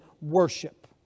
worship